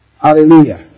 Hallelujah